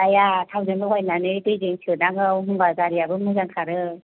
जाया थावजों लगायनानै थावजों सोनांगौ होनबा गारियाबो मोजां खारो